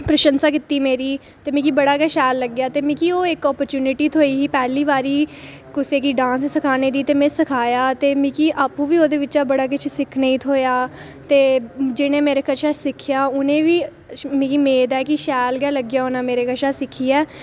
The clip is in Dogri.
प्रशंसा कीती मेरी ते मिगी बड़ा के शैल लग्गेआ ते मिकी ओह् आपरच्यूनिटी थ्होई ही पैह्ली बारी कुसै गी डांस सखाने दी ते में सखाया ते मिकी आपूं बी ओह्दे बिच्चा बड़ा किश सिक्खने गी थ्होएआ ते जि'नें मेरे कशा सिक्खेआ उ'नें गी बी मिकी मेद ऐ शैल के लग्गेआ होना मेरे कशा सिक्खियै